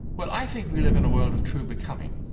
well, i think we live in a world of true becoming.